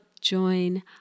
join